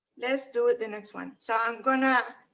let's do the next one. so i'm gonna